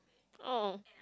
oh